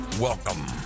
welcome